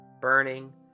burning